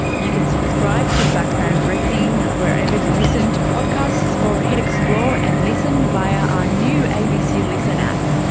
you can subscribe to background briefing wherever you listen to podcasts or hit explore and listen via our new abc listen app.